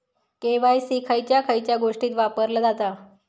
KYC खयच्या खयच्या गोष्टीत वापरला जाता?